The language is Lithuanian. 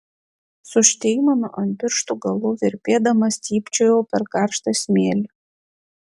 su šteimantu ant pirštų galų virpėdama stypčiojau per karštą smėlį